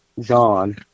John